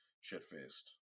shit-faced